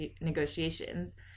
negotiations